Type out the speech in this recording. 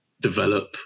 develop